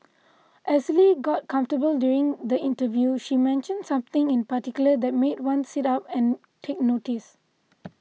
as Lee got comfortable during the interview she mentioned something in particular that made one sit up and take notice